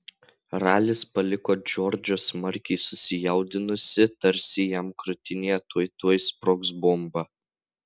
ralis paliko džordžą smarkiai susijaudinusį tarsi jam krūtinėje tuoj tuoj sprogs bomba